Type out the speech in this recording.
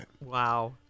Wow